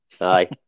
Aye